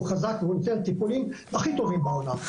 חזק והוא נותן טיפולים הכי טובים בעולם.